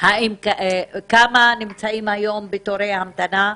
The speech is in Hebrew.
כמה נמצאים היום בתורי ההמתנה?